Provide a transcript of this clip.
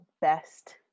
best